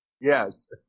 Yes